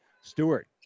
Stewart